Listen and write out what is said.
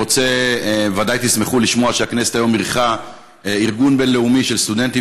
ודאי תשמחו לשמוע שהיום הכנסת אירחה ארגון בין-לאומי של סטודנטים